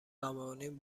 قوانین